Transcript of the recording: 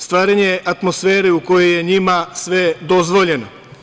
Stvaranje atmosfere u kojoj je njima sve dozvoljeno.